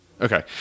Okay